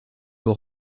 aux